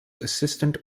assistant